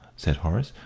said horace,